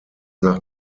nach